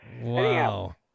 Wow